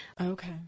Okay